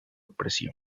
presión